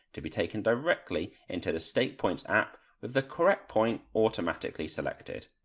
to be taken directly into the stake points app with the correct point automatically selected.